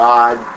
God